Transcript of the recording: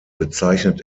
bezeichnet